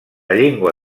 llengua